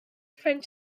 friend